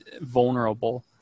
vulnerable